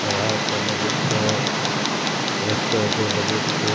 ᱥᱟᱸᱜᱷᱟᱨ ᱠᱚ ᱞᱟᱹᱜᱤᱫ ᱛᱮ ᱨᱟᱹᱥᱠᱟᱹ ᱚᱪᱚ ᱞᱟᱹᱜᱤᱫ ᱛᱮ